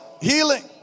healing